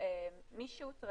שורת מעשים,